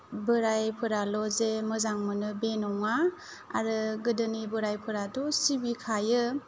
बोरायफोराल' जे मोजां मोनो बे नङा आरो गोदोनि बोरायफोराथ' सिबिखायो